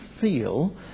feel